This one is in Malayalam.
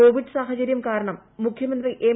കോവിഡ് സാഹചരൃം കാരണം മുഖ്യമന്ത്രി എം